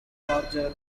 larger